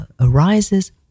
arises